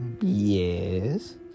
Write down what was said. yes